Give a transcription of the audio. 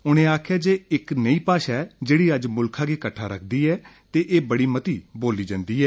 उनें आक्खेआ जे इक नेई भाषा ऐ जेड़ी अज्ज मुल्खा गी किट्ठा रक्खदी ऐ ते एह् बड़ी मती बोली जन्दी ऐ